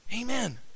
Amen